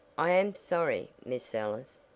i am sorry, miss ellis,